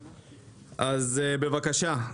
בבקשה,